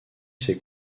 ses